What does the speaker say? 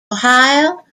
ohio